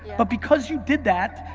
but because you did that,